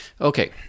Okay